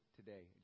today